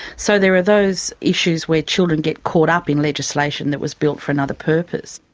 so there are those issues where children get caught up in legislation that was built for another purpose.